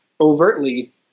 overtly